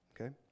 okay